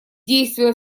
действуя